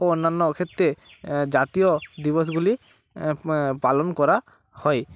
ও অন্যান্য ক্ষেত্রে জাতীয় দিবসগুলি পালন করা হয়